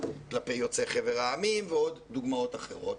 כלפי יוצאי חבר העמים ועוד דוגמאות אחרות.